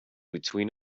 between